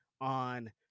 on